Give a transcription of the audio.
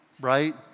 right